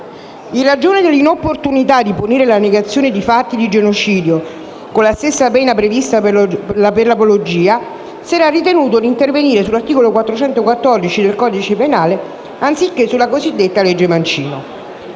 In ragione dell'inopportunità di punire la negazione di fatti di genocidio con la stessa pena prevista per l'apologia, si era ritenuto d'intervenire sull'articolo 414 del codice penale anziché sulla cosiddetta legge Mancino.